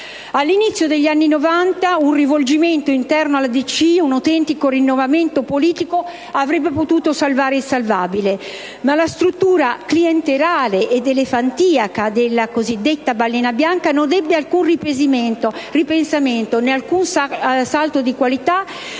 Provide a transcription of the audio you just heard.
All'inizio degli anni '90, un rivolgimento interno alla DC, un autentico rinnovamento politico avrebbe potuto salvare il salvabile. Ma la struttura elefantiaca e clientelare della cosiddetta Balena bianca non ebbe alcun ripensamento, né alcun salto di qualità,